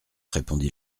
répondit